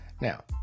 Now